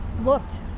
looked